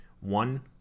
One